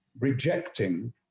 rejecting